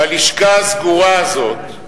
בלשכה הסגורה הזאת,